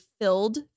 filled